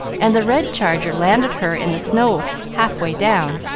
and the red charger landed her in the snow half-way down,